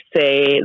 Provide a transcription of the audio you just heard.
say